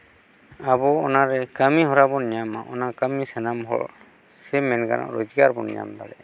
ᱟᱵᱚ ᱚᱱᱟᱨᱮ ᱠᱟᱹᱢᱤᱦᱚᱨᱟ ᱵᱚᱱ ᱧᱟᱢᱟ ᱚᱱᱟ ᱠᱟᱹᱢᱤ ᱥᱟᱱᱟᱢ ᱦᱚᱲ ᱥᱮ ᱢᱮᱱ ᱜᱟᱱᱚᱜᱼᱟ ᱧᱟᱢ ᱫᱟᱲᱮᱭᱟᱜᱼᱟ